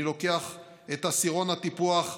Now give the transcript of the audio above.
אני לוקח את עשירון טיפוח 6,